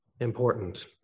important